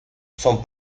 son